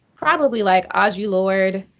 probably like audre lorde,